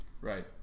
right